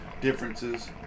differences